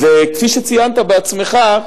וכפי שציינת בעצמך,